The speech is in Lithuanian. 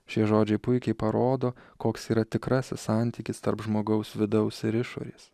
šie žodžiai puikiai parodo koks yra tikrasis santykis tarp žmogaus vidaus ir išorės